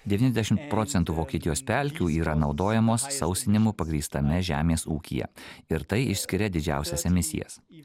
devyniasdešimt procentų vokietijos pelkių yra naudojamos sausinimo pagrįstame žemės ūkyje ir tai išskiria didžiausias emisijas į